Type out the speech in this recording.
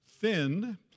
Thin